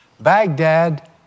Baghdad